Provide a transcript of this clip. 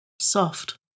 soft